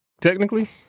technically